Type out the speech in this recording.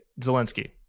Zelensky